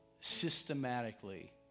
systematically